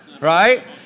right